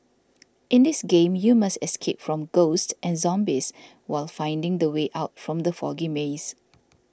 in this game you must escape from ghosts and zombies while finding the way out from the foggy maze